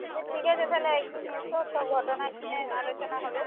আচ্ছা ঠিক আছে তাহলে এক দিন এসো এসব ঘটনা নিয়ে আলোচনা হবে